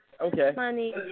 okay